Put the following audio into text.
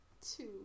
two